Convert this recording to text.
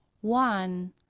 one